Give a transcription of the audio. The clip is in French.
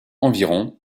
environ